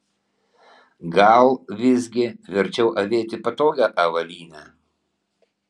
gal visgi verčiau avėti patogią avalynę